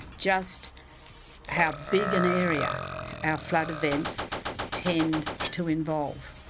just how big an area our flood event tend to involve.